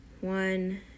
One